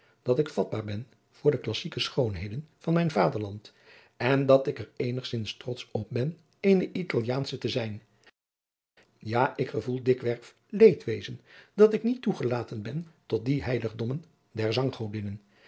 dat ik vatbaar ben voor de klassieke schoonheden van mijn vaderland en dat ik er eenigzins trotsch op ben eene italiaansche te zijn ja ik gevoel dikwerf leedwezen dat ik niet toegelaten ben tot die heiligdommen der